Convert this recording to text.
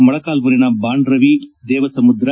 ಮೊಳಕಾಲ್ಮೂರಿನ Bandravi Devasamudra